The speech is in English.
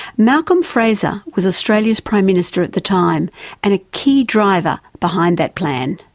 malcolm fraser was australia's prime minister at the time and a key driver behind that plan.